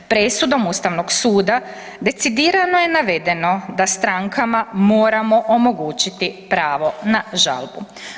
Presudom Ustavnog suda decidirano je navedeno da strankama moramo omogućiti pravo na žalbu.